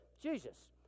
jesus